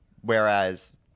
Whereas